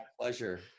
pleasure